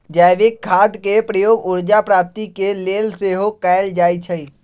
जैविक खाद के प्रयोग ऊर्जा प्राप्ति के लेल सेहो कएल जाइ छइ